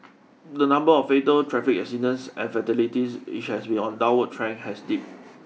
the number of fatal traffic accidents and fatalities which has been on a downward trend has dipped